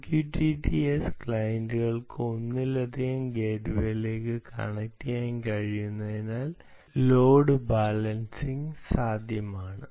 MQTT S ക്ലയന്റുകൾക്ക് ഒന്നിലധികം ഗേറ്റ്വേകളിലേക്ക് കണക്റ്റുചെയ്യാൻ കഴിയുന്നതിനാൽ ലോഡ് ബാലൻസിംഗ് സാധ്യമാണ്